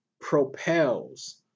propels